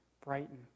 brighten